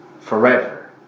forever